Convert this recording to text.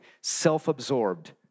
self-absorbed